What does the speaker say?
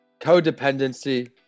codependency